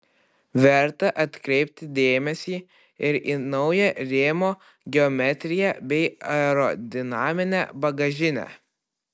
verta atkreipti dėmesį ir į naują rėmo geometriją bei aerodinaminę bagažinę